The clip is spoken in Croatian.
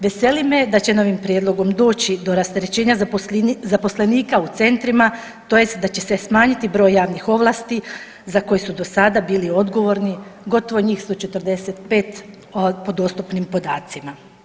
Veseli me da će novim prijedlogom doći do rasterećenja zaposlenika u centrima tj. da će se smanjiti broj javnih ovlasti za koje su do sada bili odgovorni gotovo njih 145 po dostupnim podacima.